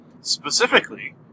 Specifically